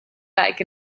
like